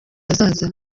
hazaza